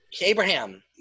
Abraham